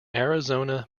arizona